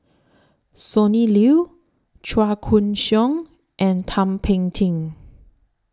Sonny Liew Chua Koon Siong and Thum Ping Tjin